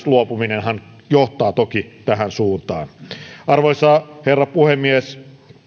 luopuminenhan johtaa toki tähän suuntaan arvoisa herra puhemies